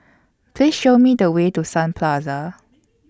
Please Show Me The Way to Sun Plaza